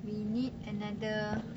we need another